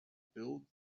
build